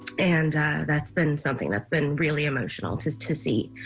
and that's been something that's been really emotional to to see.